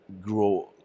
grow